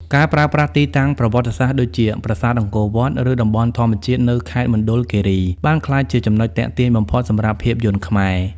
ការប្រើប្រាស់ទីតាំងប្រវត្តិសាស្ត្រដូចជាប្រាសាទអង្គរវត្ត ឬតំបន់ធម្មជាតិនៅខេត្តមណ្ឌលគិរី បានក្លាយជាចំណុចទាក់ទាញបំផុតសម្រាប់ភាពយន្តខ្មែរ។